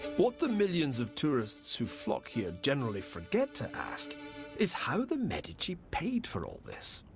what the millions of tourists who flock here generally forget to ask is how the medici paid for all this.